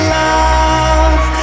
love